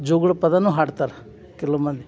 ಜೋಗುಳ ಪದನೂ ಹಾಡ್ತಾರ ಕೆಲ ಮಂದಿ